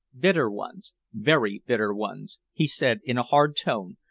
bitter ones very bitter ones, he said in a hard tone,